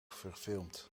verfilmd